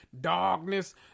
Darkness